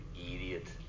Idiot